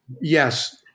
Yes